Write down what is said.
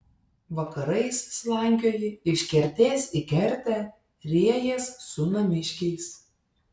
vakarais slankioji iš kertės į kertę riejies su namiškiais